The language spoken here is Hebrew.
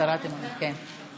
הצהרת אמונים, כן.